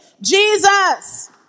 Jesus